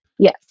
Yes